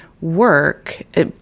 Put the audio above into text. work